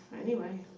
anyway,